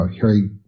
Harry